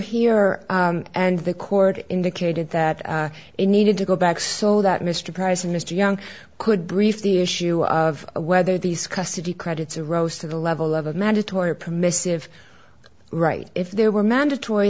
here and the court indicated that it needed to go back so that mr price mr young could brief the issue of whether these custody credits a rose to the level of a mandatory permissive right if there were mandatory